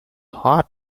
hot